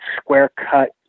square-cut